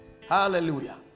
Hallelujah